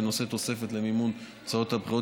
בנושא תוספת למימון הוצאות הבחירות